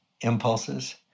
impulses